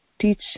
teach